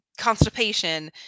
constipation